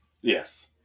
Yes